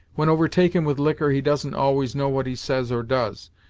when overtaken with liquor he doesn't always know what he says or does,